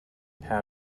how